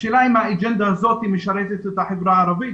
והשאלה אם האג'נדה הזאת משרתת את החברה הערבית